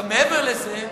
מעבר לזה,